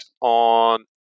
on